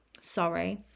sorry